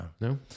No